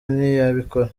ntiyabikora